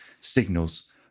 signals